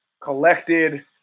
collected